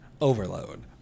Overload